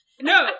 No